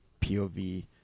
POV